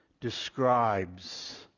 describes